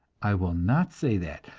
i will not say that,